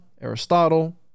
Aristotle